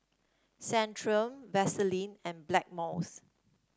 Centrum Vaselin and Blackmores